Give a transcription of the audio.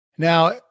Now